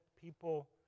people